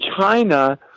China